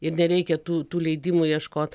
ir nereikia tų tų leidimų ieškot